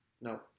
No